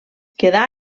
quedà